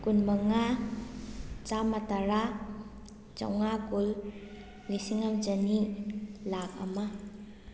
ꯀꯨꯟ ꯃꯉꯥ ꯆꯥꯝꯃ ꯇꯔꯥ ꯆꯥꯝꯃꯉꯥ ꯀꯨꯟ ꯂꯤꯁꯤꯡ ꯑꯃ ꯆꯅꯤ ꯂꯥꯛ ꯑꯃ